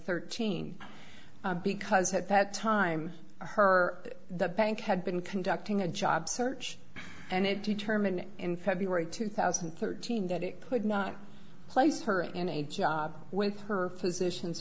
thirteen because at that time her the bank had been conducting a job search and it determined in february two thousand and thirteen that it could not place her in a job with her physician's